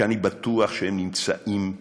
שאני בטוח שהם נמצאים,